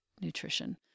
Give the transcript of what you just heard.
nutrition